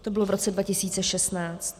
To bylo v roce 2016.